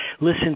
listen